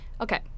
okay